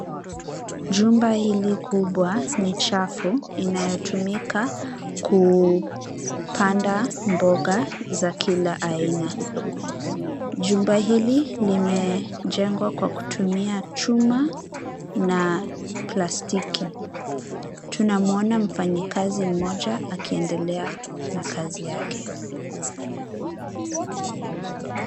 Chumba hili kubwa ni chafu, inayotumika kupanda mboga za kila aina. Chumba hili limejengwa kwa kutumia chuma na plastiki. Tunamuona mfanyakazi mmoja akiendelea na kazi yake.